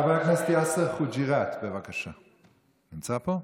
חבר הכנסת יאסר חוג'יראת, לא נמצא פה,